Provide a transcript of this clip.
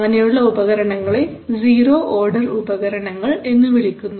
അങ്ങനെയുള്ള ഉപകരണങ്ങളെ zero order ഉപകരണങ്ങൾ എന്ന് വിളിക്കുന്നു